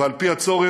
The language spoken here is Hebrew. ועל פי הצורך,